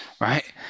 right